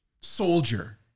soldier